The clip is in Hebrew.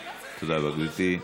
גברתי.